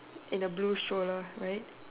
and the blue shoulder right